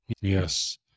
Yes